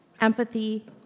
empathy